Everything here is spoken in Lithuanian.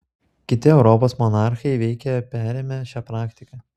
kiti europos monarchai veikiai perėmė šią praktiką